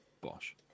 bosh